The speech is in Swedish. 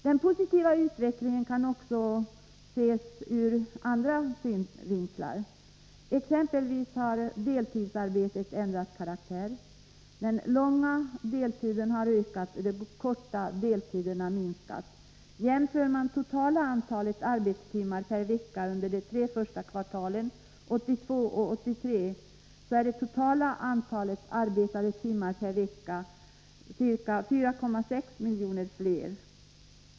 Den positiva utvecklingen kan också ses ur flera andra synvinklar. Exempelvis har deltidsarbetet ändrat karaktär. Den långa deltiden har ökat, och den korta deltiden minskat. Jämför man det totala antalet arbetstimmar per vecka under de tre första kvartalen 1982 och 1983 finner man att det totala antalet arbetade timmar per vecka 1983 är ca 4,6 miljoner fler.